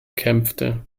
kämpfte